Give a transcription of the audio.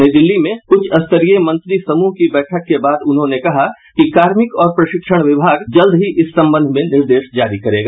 नई दिल्ली में उच्चस्तरीय मंत्री समूह की बैठक के बाद उन्होंने कहा कि कार्मिक और प्रशिक्षण विभाग जल्द ही इस संबंध में निर्देश जारी करेगा